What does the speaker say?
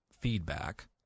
feedback